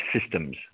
systems